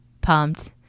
pumped